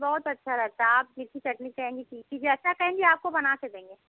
बहुत अच्छा रहता आप तीखी चटनी चाहेंगी तीखी जैसा कहेंगी आपको बना कर देंगे